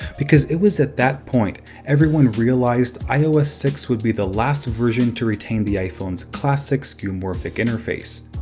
because it was at that point everyone realized ios six would be the last version to retain the iphone's classic, skeuomorphic interface.